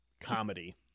comedy